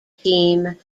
team